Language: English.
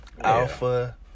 alpha